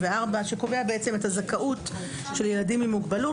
שקובע בעצם את הזכאות של ילדים עם מוגבלות